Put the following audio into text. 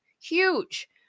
Huge